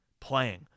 playing